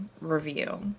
review